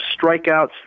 strikeouts